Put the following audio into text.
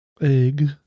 Egg